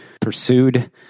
pursued